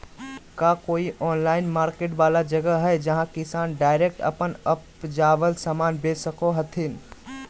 का कोई online market वाला जगह हइ जहां किसान डायरेक्ट अप्पन उपजावल समान बेच सको हथीन?